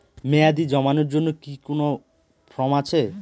মেয়াদী জমানোর জন্য কি কোন ফর্ম আছে?